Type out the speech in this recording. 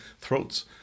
throats